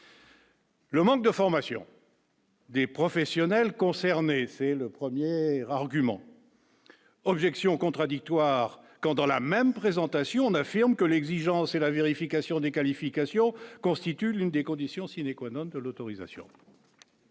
Le manque de formation. Des professionnels concernés, c'est le 1er argument objection contradictoire quand dans la même présentation, on affirme que l'exigence et la vérification des qualifications constitue l'une des conditions sine économe de l'autorisation.